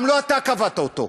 גם לא אתה קבעת אותו,